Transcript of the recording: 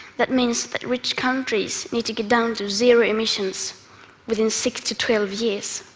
that means that rich countries need to get down to zero emissions within six to twelve years,